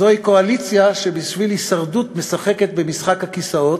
זוהי קואליציה שבשביל הישרדות משחקת במשחק הכיסאות,